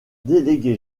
délégué